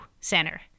Center